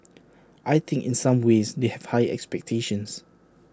I think in some ways they have higher expectations